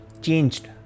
changed